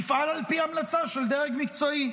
פעל על פי המלצה של דרג מקצועי.